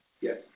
Yes